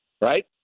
right